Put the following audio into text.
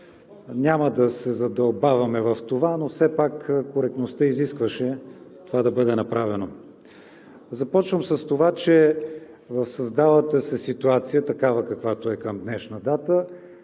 Няма да се задълбаваме в това, но все пак коректността изискваше това да бъде направено. Започвам с това, че в създалата се ситуация такава, каквато е към днешна дата,